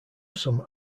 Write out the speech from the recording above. some